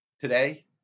Today